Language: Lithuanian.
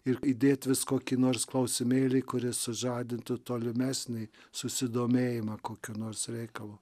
ir įdėt vis kokį nors klausimėlį kuris sužadintų tolimesnį susidomėjimą kokiu nors reikalu